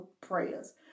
prayers